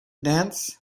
dance